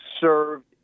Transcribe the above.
served